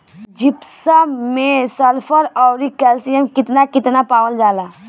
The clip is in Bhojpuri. जिप्सम मैं सल्फर औरी कैलशियम कितना कितना पावल जाला?